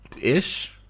ish